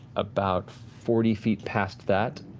about forty feet past that,